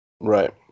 Right